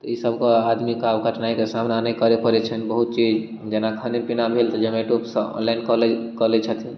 ई सबके आदमीके आब कठिनाइके सामना नहि करऽ पड़ै छनि बहुत चीज जेना खानेपिना भेल तऽ जोमैटोसँ ऑनलाइन कऽ लऽ कऽ लै छथिन